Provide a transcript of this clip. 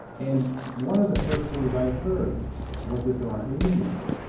and one of the first things i heard was that there aren't any indians here.